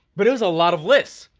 but it was a lot of lists,